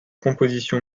composition